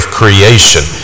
creation